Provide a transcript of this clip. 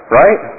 right